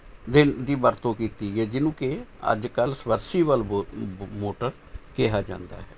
ਦੀ ਵਰਤੋਂ ਕੀਤੀ ਗਈ ਜਿਹਨੂੰ ਕਿ ਅੱਜ ਕੱਲ੍ਹ ਸਬਮਰਸੀਬਲ ਮੋਟਰ ਕਿਹਾ ਜਾਂਦਾ ਹੈ